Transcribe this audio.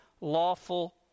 lawful